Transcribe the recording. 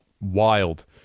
wild